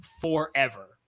forever